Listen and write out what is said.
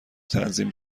تنظیم